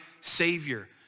savior